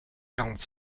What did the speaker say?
quarante